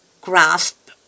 grasp